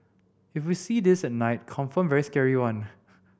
if we see this at night confirm very scary one